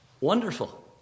Wonderful